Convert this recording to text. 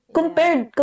Compared